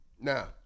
Now